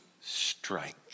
strike